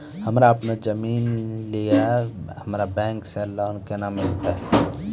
हमरा आपनौ जमीन नैय छै हमरा बैंक से लोन केना मिलतै?